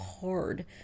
hard